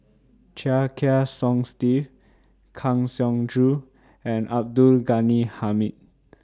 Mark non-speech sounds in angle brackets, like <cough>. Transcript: Chia Kiah Song Steve Kang Siong Joo and Abdul Ghani Hamid <noise>